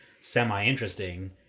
semi-interesting